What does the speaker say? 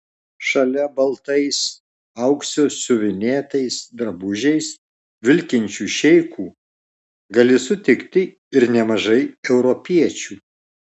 šalia baltais auksu siuvinėtais drabužiais vilkinčių šeichų gali sutikti ir nemažai europiečių